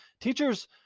Teachers